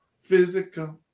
physical